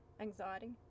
Anxiety